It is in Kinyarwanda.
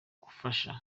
gufasha